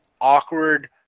awkward